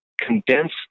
condense